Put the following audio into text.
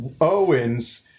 Owens